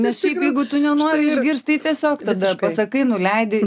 nes šiaip jeigu tu nenori išgirst tai tiesiog tada pasakai nuleidi